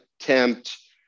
attempt